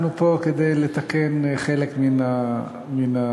אנחנו פה כדי לתקן חלק מן הפגם,